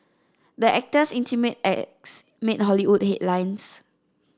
the actors intimate acts made Hollywood headlines